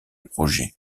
projet